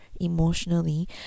emotionally